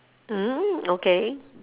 hmm okay